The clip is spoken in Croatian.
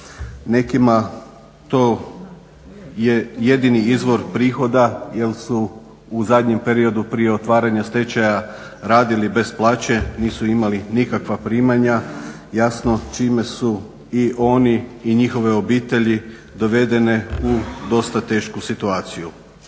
Nekima to je jedini izvor prihoda jer su u zadnjem periodu prije otvaranja stečaja radili bez plaće. Nisu imali nikakva primanja. Jasno čime su i oni i njihove obitelji dovedene u dosta tešku situaciju.